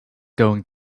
going